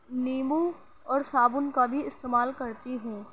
نیمبو اور صابن کا بھی استعمال کرتی ہوں